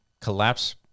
collapse